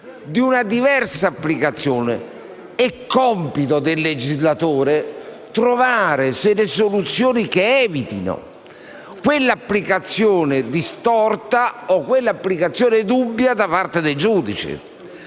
di una diversa applicazione, è compito del legislatore trovare delle soluzioni che evitino quell'applicazione distorta o dubbia da parte dei giudici.